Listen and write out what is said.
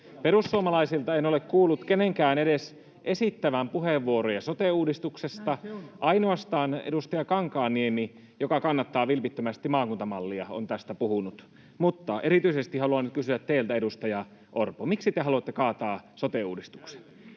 Perussuomalaisilta en ole kuullut kenenkään edes esittävän puheenvuoroja sote-uudistuksesta. Ainoastaan edustaja Kankaanniemi, joka kannattaa vilpittömästi maakuntamallia, on tästä puhunut. Mutta erityisesti haluan kysyä teiltä, edustaja Orpo: Miksi te haluatte kaataa sote-uudistuksen?